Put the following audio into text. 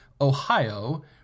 Ohio